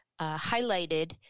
highlighted